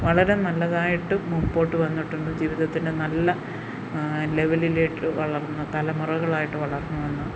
വളരെ നല്ലതായിട്ടും മുൻപോട്ടു വന്നിട്ടുണ്ട് ജീവിതത്തിൻ്റെ നല്ല ലെവലിലേക്കു വളർന്ന് തലമുറകളായിട്ടു വളർന്നു വന്ന